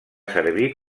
servir